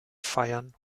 feiern